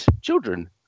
children